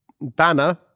Banner